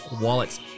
wallets